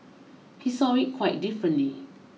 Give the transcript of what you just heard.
he saw it quite differently